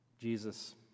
Jesus